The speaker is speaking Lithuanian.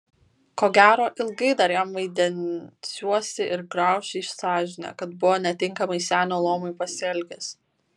ko gero ilgai dar jam vaidensiuosi ir grauš jį sąžinė kad buvo netinkamai senio luomui pasielgęs